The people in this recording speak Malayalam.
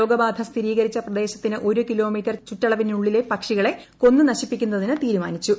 രോഗ ബാധ സ്ഥിരീകരിച്ച പ്രദേശത്തിന് ഒരു കിലോമീറ്റർ ചുറ്റളവിനുള്ളിലെ പക്ഷികളെ കൊന്ന് നശിപ്പിക്കുന്നതിന് തീരുമാനിച്ചു